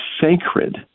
sacred